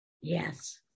Yes